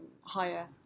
higher